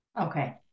okay